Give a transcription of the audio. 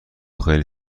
خیلی